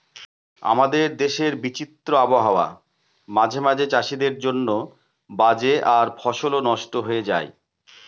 আমাদের দেশের বিচিত্র আবহাওয়া মাঝে মাঝে চাষীদের জন্য বাজে আর ফসলও নস্ট হয়ে যায়